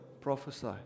Prophesy